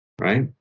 right